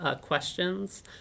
questions